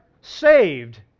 saved